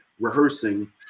rehearsing